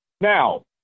now